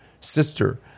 sister